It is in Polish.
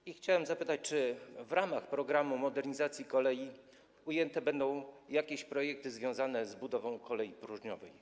I chciałbym zapytać, czy w ramach programu modernizacji kolei ujęte będą jakieś projekty związane z budową kolei próżniowej.